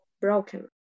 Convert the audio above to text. broken